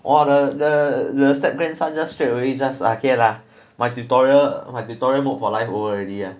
!wah! the the the step-grandson just straight away just okay lah my tutorial my tutorial mode for live over already